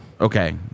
Okay